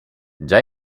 già